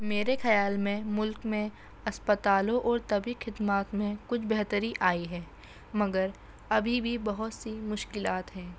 میرے خیال میں ملک میں اسپتالوں اور طبی خدمات میں کچھ بہتری آئی ہے مگر ابھی بھی بہت سی مشکلات ہیں